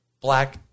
black